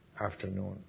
afternoon